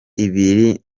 ibiri